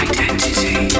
Identity